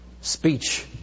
speech